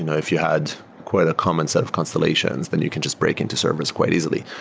you know if you had quite a common set of constellations, then you can just break into servers quite easily.